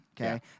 Okay